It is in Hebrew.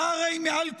אתה הרי מעל כולנו,